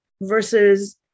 versus